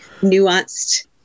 nuanced